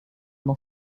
dans